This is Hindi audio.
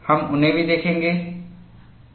हम उन्हें भी देखेंगे